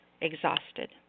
exhausted